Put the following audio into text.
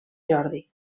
jordi